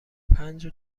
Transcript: پنج